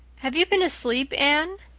have you been asleep, anne?